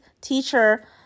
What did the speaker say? teacher